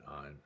on